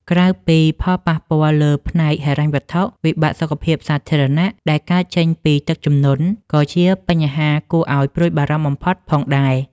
ក្រៅពីផលប៉ះពាល់លើផ្នែកហិរញ្ញវត្ថុ វិបត្តិសុខភាពសាធារណៈដែលកើតចេញពីទឹកជំនន់ ក៏ជាបញ្ហាគួរឱ្យព្រួយបារម្ភបំផុតផងដែរ។